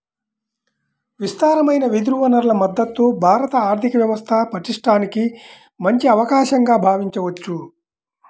విస్తారమైన వెదురు వనరుల మద్ధతు భారత ఆర్థిక వ్యవస్థ పటిష్టానికి మంచి అవకాశంగా భావించవచ్చు